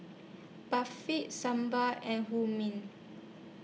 Barfi Sambar and Hummus